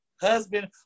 husband